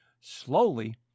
Slowly